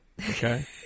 Okay